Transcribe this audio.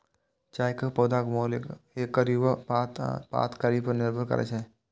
चायक पौधाक मोल एकर युवा पात आ पातक कली पर निर्भर करै छै